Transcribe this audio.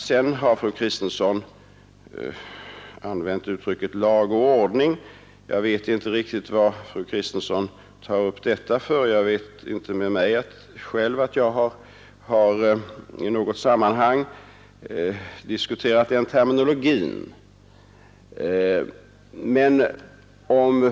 Sedan har fru Kristensson använt uttrycket lag och ordning. Jag vet inte riktigt varför fru Kristensson tar upp detta — jag vet inte med mig att jag själv i något sammanhang har diskuterat den terminologin.